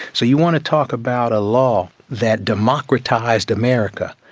so you want to talk about a law that democratised america,